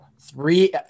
three